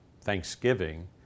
Thanksgiving